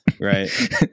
Right